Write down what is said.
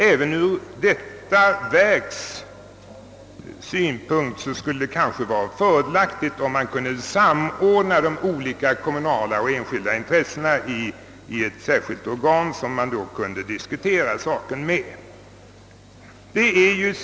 Även ur detta verks synpunkt skulle det kanske vara fördelaktigt, om de olika kommunala och enskilda intressena kunde samordnas i ett särskilt organ, som man kunde diskutera med.